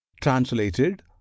translated